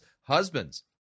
Husbands